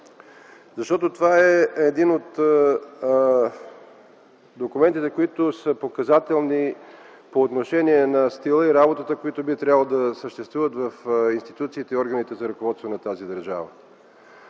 защото това е един от документите, които са показателни по отношение на стила и работата, които би трябвало да съществуват в институциите и органите за ръководството на тази държава.